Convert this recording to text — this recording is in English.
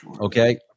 okay